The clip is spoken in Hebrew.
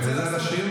אתה יודע לשיר?